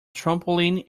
trampoline